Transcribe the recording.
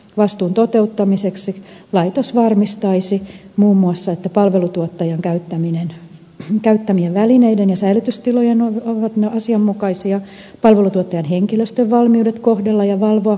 vastuun toteuttamiseksi laitos varmistaisi muun muassa että palvelutuottajan käyttämät välineet ja säilytystilat ovat asianmukaisia palveluntuottajan henkilöstön valmiudet kohdella ja valvoa